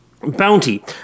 Bounty